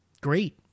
great